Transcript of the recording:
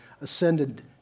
ascended